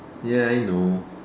ya I know